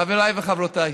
חבריי וחברותיי,